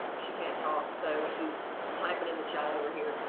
she can't talk. so she's typing in the chat over here.